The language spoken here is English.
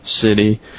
city